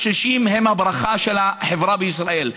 הקשישים הם הברכה של החברה בישראל,